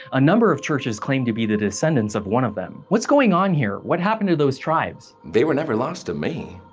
a number of churches claim to be the descendants of one of them. what's going on here, what happened to those tribes? they were never lost to me,